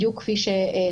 בדיוק כפי שצוין.